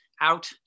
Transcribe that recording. out